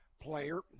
player